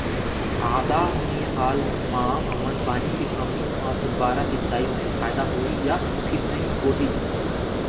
आदा मे हाल मा हमन पानी के कमी म फुब्बारा सिचाई मे फायदा होही या फिर नई होही?